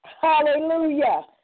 Hallelujah